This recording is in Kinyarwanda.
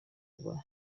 kuba